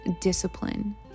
discipline